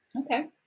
Okay